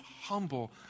humble